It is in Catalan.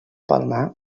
palmar